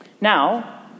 Now